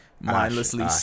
mindlessly